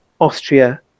Austria